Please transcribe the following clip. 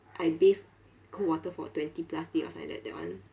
I bathe cold water for twenty plus days or something like that that one